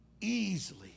easily